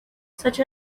such